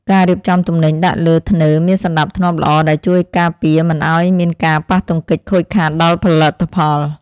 ការរៀបចំទំនិញដាក់លើធ្នើរមានសណ្តាប់ធ្នាប់ល្អដែលជួយការពារមិនឱ្យមានការប៉ះទង្គិចខូចខាតដល់ផលិតផល។